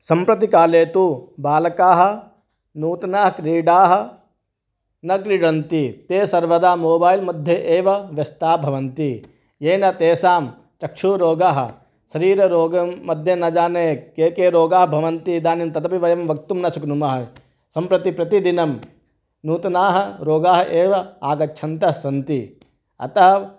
सम्प्रतिकाले तु बालकाः नूतनक्रीडाः न क्रीडन्ति ते सर्वदा मोबैल्मध्ये एव व्यस्थाः भवन्ति येन तेषां चक्षूरोगाः शरीररोगम्मध्ये न जाने के के रोगाः भवन्ति इदानीं तदपि वयं वक्तुं न शक्नुमः सम्प्रति प्रतिदिनं नूतनाः रोगाः एव आगच्छन्तः सन्ति अतः